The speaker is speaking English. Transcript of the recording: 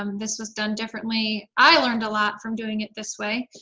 um this was done differently. i learned a lot from doing it this way.